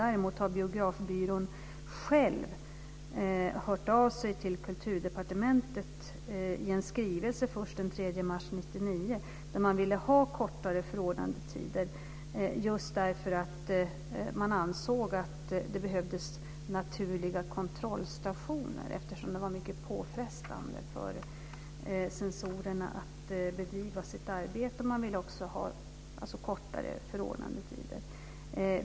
Däremot har Biografbyrån själv hört av sig till Kulturdepartementet i en skrivelse den 3 mars 1999 där man ville ha kortare förordnandetider just därför att man ansåg att det behövdes naturliga kontrollstationer eftersom det var mycket påfrestande för censorer att bedriva sitt arbete. Man ville alltså ha kortare förordnandetider.